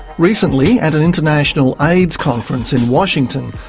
recently, at an international aids conference in washington,